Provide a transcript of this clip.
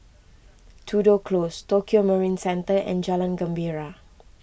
Tudor Close Tokio Marine Centre and Jalan Gembira